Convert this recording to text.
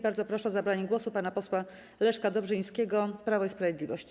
Bardzo proszę o zabranie głosu pana posła Leszka Dobrzyńskiego, Prawo i Sprawiedliwość.